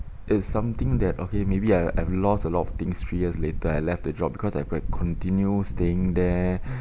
it's something that okay maybe I I have lost a lot of things three years later I left the job because if I afraid continue staying there